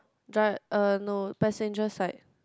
dri~ uh no passengers like